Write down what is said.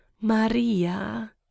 maria